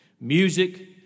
music